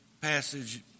passage